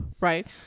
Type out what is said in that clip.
right